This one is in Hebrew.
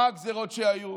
מה הגזרות שהיו?